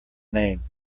name